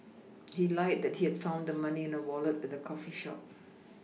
he lied that he had found the money in a Wallet at the coffee shop